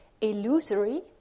Illusory